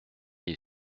est